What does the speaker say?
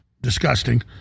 disgusting